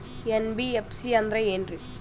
NBFC ಅಂದ್ರ ಏನ್ರೀ?